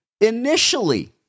Initially